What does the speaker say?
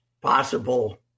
possible